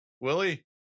Willie